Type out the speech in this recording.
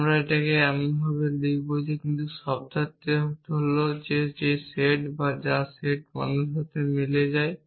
আমরা এটাকে এভাবে লিখব কিন্তু এর শব্দার্থ হল সেই সেট যা সেট মানুষের সাথে মিলে যায়